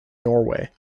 norway